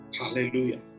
Hallelujah